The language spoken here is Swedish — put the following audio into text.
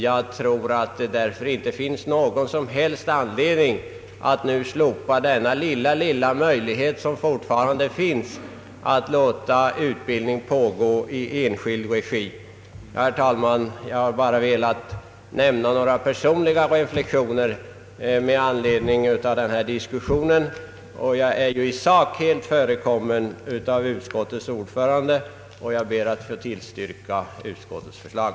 Det finns därför inte någon som helst anledning att nu slopa denna lilla, lilla möjlighet som fortfarande föreligger att låta utbildning pågå i enskild regi. Herr talman! Jag har bara velat anföra några personliga reflexioner med anledning av denna diskussion, och jag är i sak helt förekommen av utskottets ordförande. Jag ber att få tillstyrka utskottets förslag.